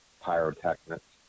pyrotechnics